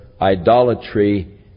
idolatry